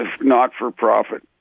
not-for-profit